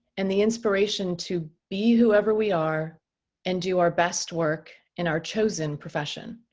and the inspiration to be whoever we are and do our best work in our chosen profession.